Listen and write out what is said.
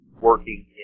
working